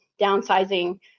downsizing